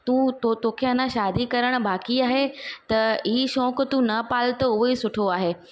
तूं तो तोखे अञा शादी करणु बाक़ी आहे त हीअ शौंक़ु तूं न पाल त उहोई सुठो आहे